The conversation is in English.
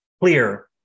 clear